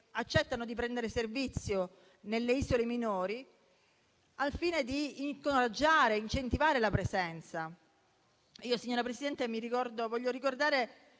accettano di prendere servizio nelle isole minori, al fine di incoraggiare e incentivare la loro presenza. Signora Presidente, fra